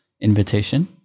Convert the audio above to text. invitation